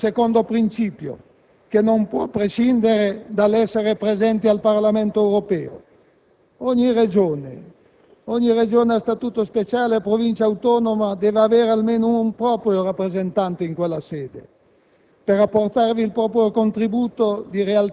Partecipazione alle scelte, dunque, come secondo principio, che non può prescindere dall'essere presente al Parlamento europeo. Ogni Regione, ogni Regione a Statuto speciale ed ogni Provincia autonoma deve avere almeno un proprio rappresentante in quella sede,